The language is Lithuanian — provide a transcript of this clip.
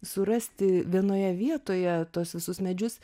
surasti vienoje vietoje tuos visus medžius